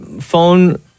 phone